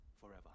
forever